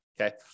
okay